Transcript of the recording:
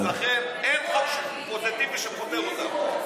אז לכן, אין חוק שהם מתמודדים ושזה פוטר אותם.